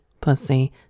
pussy